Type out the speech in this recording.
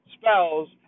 spells